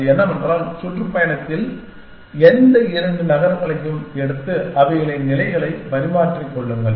அது என்னவென்றால் சுற்றுப்பயணத்தில் எந்த இரண்டு நகரங்களையும் எடுத்து அவைகளின் நிலைகளை பரிமாறிக்கொள்ளுங்கள்